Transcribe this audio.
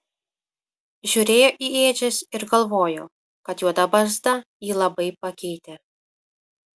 žiūrėjo į ėdžias ir galvojo kad juoda barzda jį labai pakeitė